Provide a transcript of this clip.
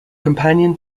companion